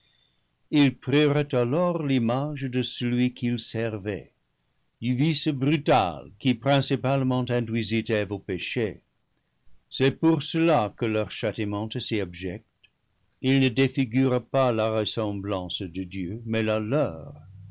ils prirent alors l'image de celui qu'ils ser vaient du vice brutal qui principalement induisit eve au péché c'est pour cela que leur châtiment est si abject ils ne défigurent pas la ressemblance de dieu mais la leur